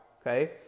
okay